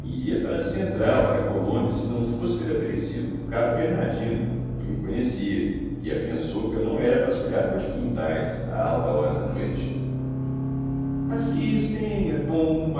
iria para a central para a colônia se não fosse ter aparecido o caro bernadino que me conhecia e afiançou que eu não era vasculhador de quintais à alta hora da noite mas que tem isso com o